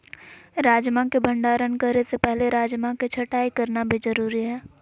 राजमा के भंडारण करे से पहले राजमा के छँटाई करना भी जरुरी हय